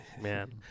man